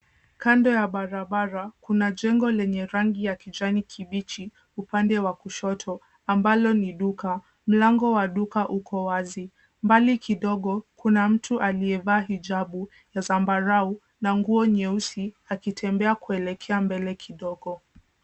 Kando ya barabara, kuna jengo lenye rangi ya kijani kibichi upande wa kushoto, ambalo ni duka. Mlango wa duka uko wazi, mbali kidogo kuna mtu aliyevaa hijabu ya zambarau na nguo nyeusi akitembea kuelekea mbele kidogo.